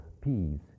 peace